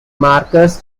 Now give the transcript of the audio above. markers